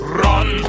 run